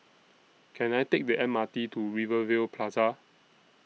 Can I Take The M R T to Rivervale Plaza